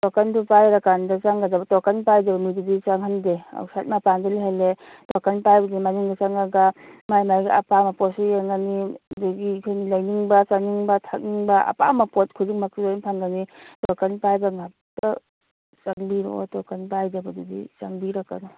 ꯇꯣꯀꯟꯗꯣ ꯄꯥꯏꯔꯀꯥꯟꯗ ꯆꯪꯒꯗꯕ ꯇꯣꯀꯟ ꯄꯥꯏꯗꯕ ꯃꯤꯗꯨꯗꯤ ꯆꯪꯍꯟꯗꯦ ꯑꯥꯎꯠꯁꯥꯏꯠ ꯃꯄꯥꯟꯗ ꯂꯩꯍꯜꯂꯦ ꯇꯣꯀꯟ ꯄꯥꯏꯕꯗꯨꯅ ꯃꯅꯨꯡꯗ ꯆꯪꯉꯒ ꯃꯥꯒꯤ ꯃꯥꯒꯤ ꯑꯄꯥꯝꯕ ꯄꯣꯠꯁꯨ ꯌꯦꯡꯉꯅꯤ ꯑꯗꯨꯗꯒꯤ ꯑꯩꯈꯣꯏ ꯂꯩꯅꯤꯡꯕ ꯆꯥꯅꯤꯡꯕ ꯊꯛꯅꯤꯡꯕ ꯑꯄꯥꯝꯕ ꯄꯣꯠ ꯈꯨꯗꯤꯡꯃꯛꯁꯨ ꯂꯣꯏꯅ ꯐꯪꯒꯅꯤ ꯇꯣꯀꯟ ꯄꯥꯏꯕ ꯉꯥꯛꯇ ꯆꯪꯕꯤꯔꯛꯑꯣ ꯇꯣꯀꯟ ꯄꯥꯏꯗꯕꯗꯨꯗꯤ ꯆꯪꯕꯤꯔꯛꯀꯅꯣ